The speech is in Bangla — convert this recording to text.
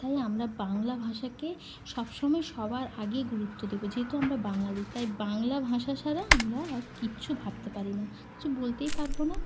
তাই আমরা বাংলা ভাষাকে সব সময় সবার আগেই গুরুত্ব দেব যেহেতু আমরা বাঙালি তাই বাংলা ভাষা ছাড়া আমরা আর কিচ্ছু ভাবতে পারি না কিছু বলতেই পারবো না